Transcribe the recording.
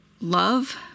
love